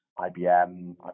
IBM